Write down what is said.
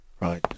Right